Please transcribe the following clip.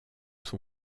son